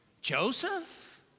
Joseph